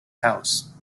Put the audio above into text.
house